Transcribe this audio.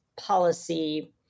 policy